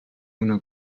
una